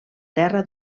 terra